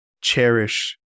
cherish